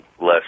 less